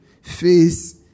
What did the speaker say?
face